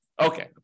Okay